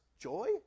Joy